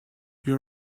you